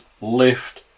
lift